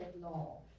law